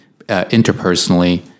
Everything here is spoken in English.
interpersonally